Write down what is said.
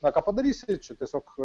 na ką padarysi čia tiesiog